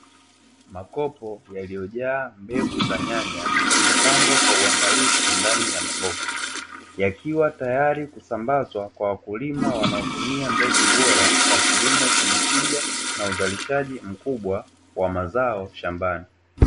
Makopo yaliyojaa mbegu za nyanya yamepangwa kwa uangalifu ndani ya maboksi, yakiwa tayari kusambazwa kwa wakulima wanaotumia mbegu bora kwa kilimo chenye tija na uzalishaji mkubwa wa mazao shambani.